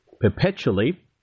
perpetually